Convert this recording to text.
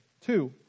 Two